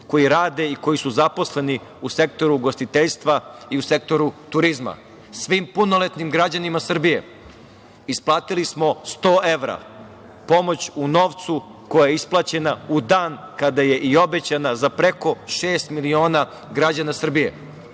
koji rade i koji su zaposleni u sektoru ugostiteljstva i u sektoru turizma. Svim punoletnim građanima Srbije isplatili smo 100 evra pomoć u novcu koja je isplaćena u dan kada je i obećana za preko šest miliona građana Srbije. Želim